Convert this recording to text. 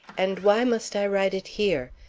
and why must i write it here?